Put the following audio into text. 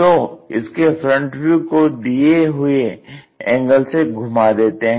तो इसके FV को दिए हुए एंगल से घुमा देते हैं